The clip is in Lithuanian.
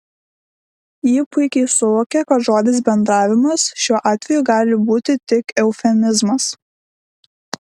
ji puikiai suvokė kad žodis bendravimas šiuo atveju gali būti tik eufemizmas